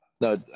no